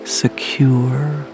secure